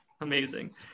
amazing